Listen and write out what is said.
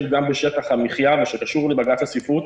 גם בשטח המחייה ושקשור לבג"ץ הצפיפות,